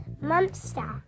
monster